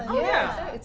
yeah.